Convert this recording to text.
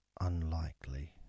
unlikely